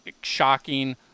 shocking